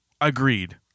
Agreed